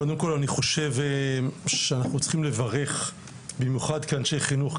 קודם כל אני חושב שאנחנו צריכים לברך במיוחד כאנשי חינוך,